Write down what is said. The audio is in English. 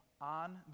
on